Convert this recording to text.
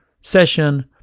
session